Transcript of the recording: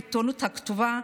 בעיתונות הכתובה,